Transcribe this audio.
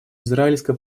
израильско